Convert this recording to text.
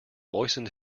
moistened